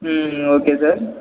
hmm okay sir